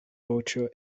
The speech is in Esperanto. voĉo